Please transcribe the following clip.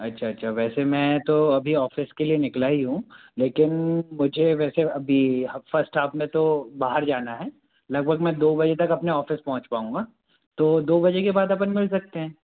अच्छा अच्छा वैसे मैं तो अभी ऑफिस के लिए निकला ही हूँ लेकिन मुझे वैसे अभी फस्ट हाफ में तो बाहर जाना है लगभग मैं दो बजे तक अपने ऑफिस पहुंच पाऊँगा तो दो बजे के बाद अपन मिल सकते हैं